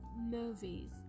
movies